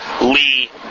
Lee